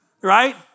Right